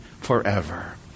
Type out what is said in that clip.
forever